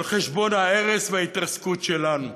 על חשבון ההרס וההתרסקות שלנו.